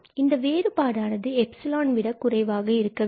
இந்த வேறுபாடானது எப்சிலான் விடக் குறைவாக இருக்க வேண்டும்